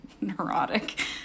neurotic